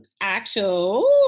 actual